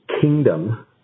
kingdom